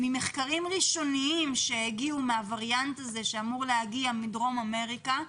ממחקרים ראשוניים שהגיעו על הווריאנט הזה שאמור להגיע מדרום אמריקה,